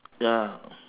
ya